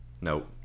Nope